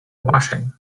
washing